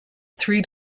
three